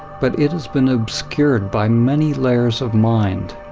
but it has been obscured by many layers of mind.